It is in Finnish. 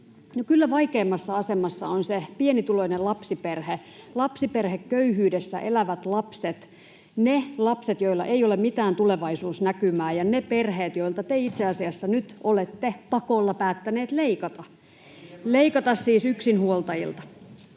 Miten kaikki voivat olla kaikkein heikoimpia?] lapsiperheköyhyydessä elävät lapset, ne lapset, joilla ei ole mitään tulevaisuusnäkymää, ja ne perheet, joilta te itse asiassa nyt olette pakolla päättäneet leikata, siis yksinhuoltajilta,